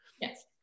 Yes